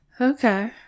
okay